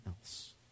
else